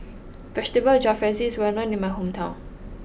Vegetable Jalfrezi is well known in my hometown